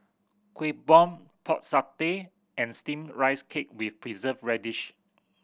Kueh Bom Pork Satay and Steamed Rice Cake with Preserved Radish